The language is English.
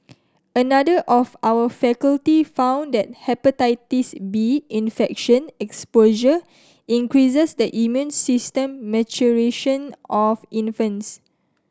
another of our faculty found that Hepatitis B infection exposure increases the immune system maturation of infants